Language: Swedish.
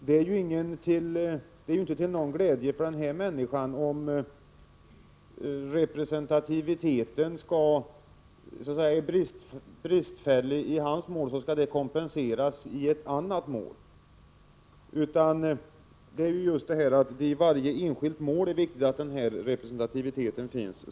Det är inte till någon glädje för denna människa om en brist i representativiteten i hans mål skall kompenseras i ett annat mål. I varje enskilt mål är alltså representativiteten viktig.